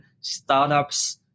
startups